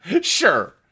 Sure